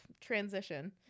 transition